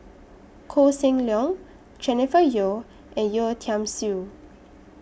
Koh Seng Leong Jennifer Yeo and Yeo Tiam Siew